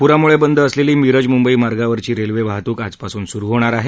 प्रामुळे बंद असलेली मिरज मुंबई मार्गावरची रेल्वे वाहतूक आजपासून सुरू होणार आहे